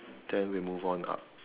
then we move on up